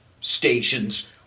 stations